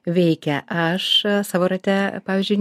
veikia aš savo rate pavyzdžiui